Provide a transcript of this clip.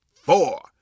four